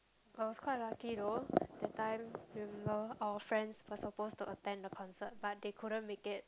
I was quite lucky though that time remember our friends was supposed to attend the concert but they couldn't make it